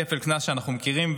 כפל קנס שאנחנו מכירים,